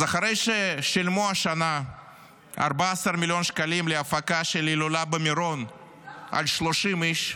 אז אחרי ששילמו השנה 14 מיליון שקלים להפקת ההילולה במירון על 30 איש,